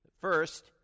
First